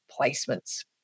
placements